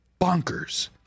bonkers